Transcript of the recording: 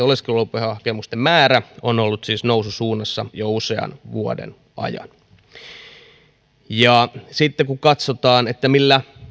oleskelulupahakemusten määrä on ollut siis noususuunnassa jo usean vuoden ajan sitten katsotaan millä